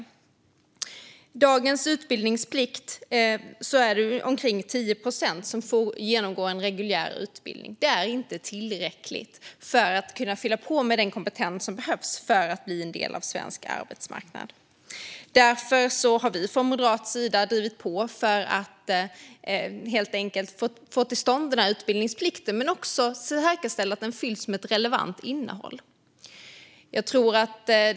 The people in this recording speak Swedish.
Med dagens utbildningsplikt är det omkring 10 procent som får genomgå en reguljär utbildning. Det är inte tillräckligt för att kunna fylla på med den kompetens som behövs för att bli en del av svensk arbetsmarknad. Därför har vi från moderat sida drivit på för att få till stånd den här utbildningsplikten och också säkerställa att den fylls med ett relevant innehåll.